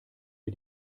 wir